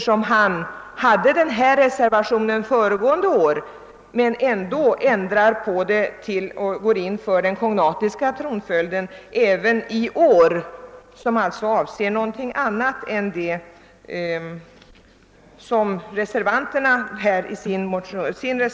Samma reservation fanns förra året, men herr Holmberg har ändock i år gått in för den kognatiska tronföljden, som avser något annat än vad reservanterna yrkar.